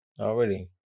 Already